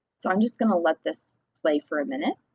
so i'm just going to let this play for a minute